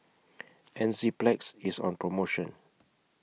Enzyplex IS on promotion